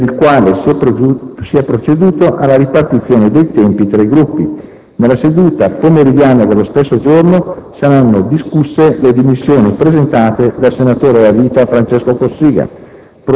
per il quale si è proceduto alla ripartizione dei tempi tra i Gruppi. Nella seduta pomeridiana dello stesso giorno saranno discusse le dimissioni presentate dal senatore a vita Francesco Cossiga.